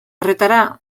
horretara